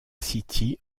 city